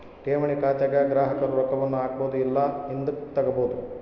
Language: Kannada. ಠೇವಣಿ ಖಾತೆಗ ಗ್ರಾಹಕರು ರೊಕ್ಕವನ್ನ ಹಾಕ್ಬೊದು ಇಲ್ಲ ಹಿಂದುಕತಗಬೊದು